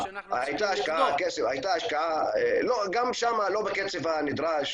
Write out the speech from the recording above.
הייתה השקעה, גם שם לא בקצב הנדרש.